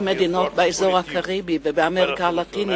עם מדינות באזור הקריבי ובאמריקה הלטינית,